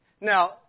Now